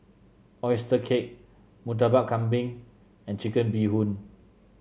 oyster cake Murtabak Kambing and Chicken Bee Hoon